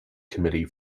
committee